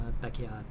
backyard